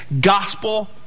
gospel